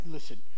Listen